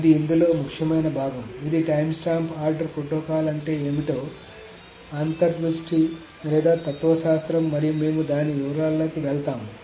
ఇది ఇందులో ముఖ్యమైన భాగం ఇది టైమ్స్టాంప్ ఆర్డర్ ప్రోటోకాల్ అంటే ఏమిటో అంతర్దృష్టి లేదా తత్వశాస్త్రం మరియు మేము దాని వివరాల్లోకి వెళ్తాము